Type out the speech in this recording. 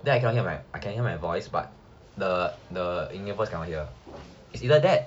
then I cannot hear right I can hear my voice but the the in mail voice cannot hear it's either that or